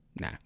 nah